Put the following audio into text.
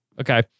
okay